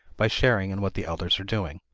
by sharing in what the elders are doing.